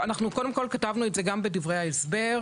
אנחנו כתבנו את זה גם בדברי ההסבר,